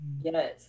yes